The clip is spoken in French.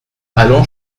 allons